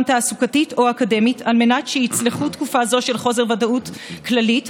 תעסוקתית או אקדמית על מנת שיצלחו תקופה זו של חוסר ודאות כללית,